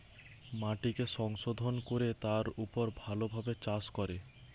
মাটিকে সংশোধন কোরে তার উপর ভালো ভাবে চাষ করে